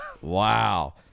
Wow